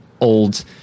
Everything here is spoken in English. old